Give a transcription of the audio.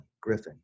Griffin